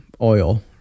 oil